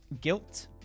Guilt